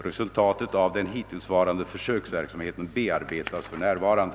Resultatet av den hittillsvarande försöksverksamheten bearbetas för närvarande.